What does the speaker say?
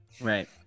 right